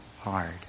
hard